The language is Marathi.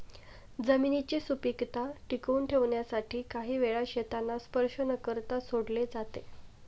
जमिनीची सुपीकता टिकवून ठेवण्यासाठी काही वेळा शेतांना स्पर्श न करता सोडले जाते